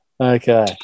Okay